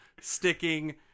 sticking